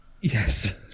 yes